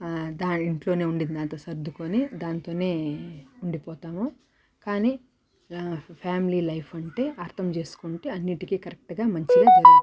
దా ఇంట్లోనే ఉండిందాంతో సర్దుకొని దానితోనే ఉండిపోతాము కానీ ఫ్యామిలీ లైఫ్ అంటే అర్థం చేసుకుంటే అన్నిటికి కరెక్టుగా మంచిగా జరుగుతుంది